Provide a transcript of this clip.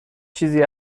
چیزی